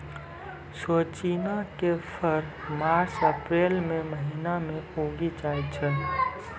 सोजिना के फर मार्च अप्रीलो के महिना मे उगि जाय छै